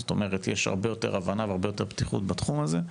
יש יותר הבנה ופתיחות בתחום הזה,